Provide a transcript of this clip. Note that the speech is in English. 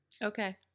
Okay